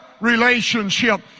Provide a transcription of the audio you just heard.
relationship